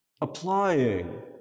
applying